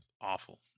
awful